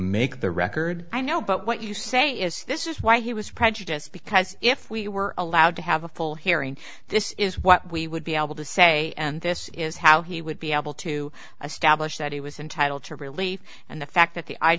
make the record i know but what you say is this is why he was prejudiced because if we were allowed to have a full hearing this is what we would be able to say and this is how he would be able to establish that he was entitled to relief and the fact that the i